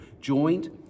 joined